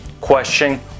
question